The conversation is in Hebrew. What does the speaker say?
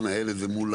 לנהל את זה מול